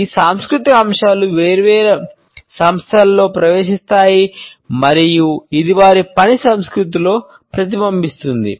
ఈ సాంస్కృతిక అంశాలు వేర్వేరు సంస్థలలోకి ప్రవేశిస్తాయి మరియు ఇది వారి పని సంస్కృతిలో ప్రతిబింబిస్తుంది